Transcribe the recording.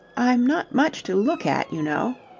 i'm not much to look at, you know.